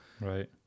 right